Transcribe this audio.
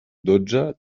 dotze